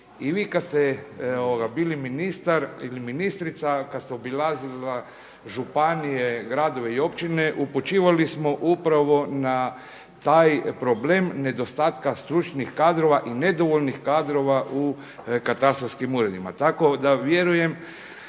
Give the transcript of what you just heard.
I vi kada ste bili ministrica, kada ste obilazila županije, gradove i općine upućivali smo upravo na taj problem nedostatka stručnih kadrova i nedovoljnih kadrova u katastarskim uredima.